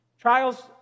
Trials